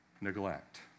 neglect